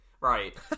Right